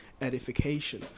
edification